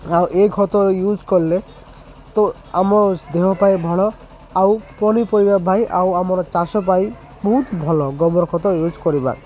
ଆଉ ଏ ଖତ ୟୁଜ୍ କଲେ ତ ଆମ ଦେହ ପାଇଁ ଭଲ ଆଉ ପନିପରିବା ପାଇଁ ଆଉ ଆମର ଚାଷ ପାଇଁ ବହୁତ ଭଲ ଗୋବର ଖତ ୟୁଜ୍ କରିବା